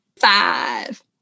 Five